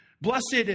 Blessed